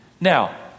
Now